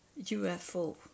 UFO